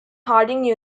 harding